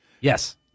Yes